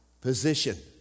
position